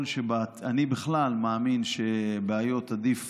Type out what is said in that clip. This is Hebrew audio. אני בכלל מאמין שבעיות עדיף